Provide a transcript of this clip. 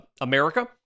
America